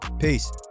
Peace